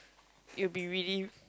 it'll be really